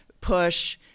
push